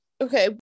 Okay